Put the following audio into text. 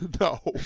no